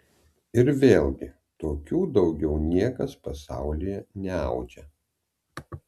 ir vėlgi tokių daugiau niekas pasaulyje neaudžia